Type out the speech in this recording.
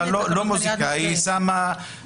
לנו אפשרות למדוד אם זה מפריע או לא.